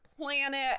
planet